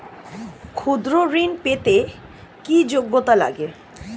ক্ষুদ্র ঋণ পেতে কি যোগ্যতা লাগে?